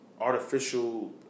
artificial